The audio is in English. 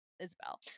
Isabel